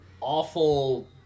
awful